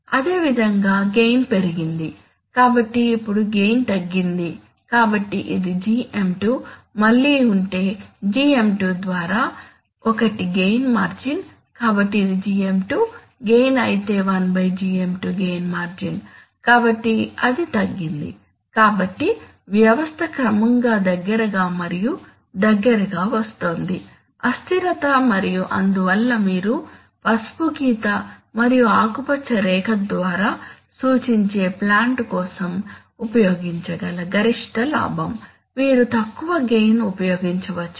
అదేవిధంగా గెయిన్ పెరిగింది కాబట్టి ఇప్పుడు గెయిన్ తగ్గింది కాబట్టి ఇది GM2 మళ్ళీ ఉంటే GM2 ద్వారా ఒకటి గెయిన్ మార్జిన్ కాబట్టి ఇది GM2 గెయిన్ అయితే 1 GM2 గెయిన్ మార్జిన్ కాబట్టి అది తగ్గింది కాబట్టి వ్యవస్థ క్రమంగా దగ్గరగా మరియు దగ్గరగా వస్తోంది అస్థిరత మరియు అందువల్ల మీరు పసుపు గీత మరియు ఆకుపచ్చ రేఖ ద్వారా సూచించే ప్లాంట్ కోసం ఉపయోగించగల గరిష్ట లాభం మీరు తక్కువ గెయిన్ ఉపయోగించవచ్చు